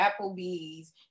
Applebee's